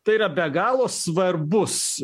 tai yra be galo svarbus